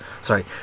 sorry